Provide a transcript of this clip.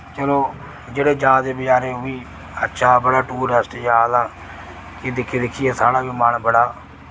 चलो जेह्ड़े जा दे बचारे ओह् बी अच्छा अपने टूरिस्ट जा दा कि दिक्खी दिक्खियै साढ़ा बी मन बड़ा